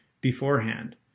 beforehand